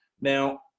Now